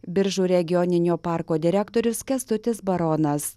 biržų regioninio parko direktorius kęstutis baronas